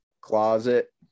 closet